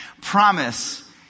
promise